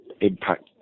impact